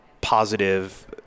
positive